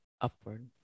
upward